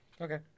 Okay